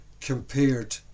compared